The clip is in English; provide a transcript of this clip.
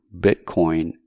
Bitcoin